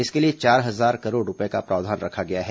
इसके लिए चार हजार करोड़ रूपए का प्रावधान रखा गया है